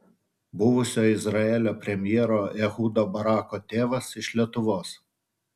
buvusio izraelio premjero ehudo barako tėvas iš lietuvos